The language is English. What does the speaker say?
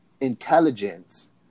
intelligence